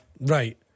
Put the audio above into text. Right